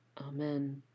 Amen